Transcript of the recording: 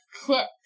clip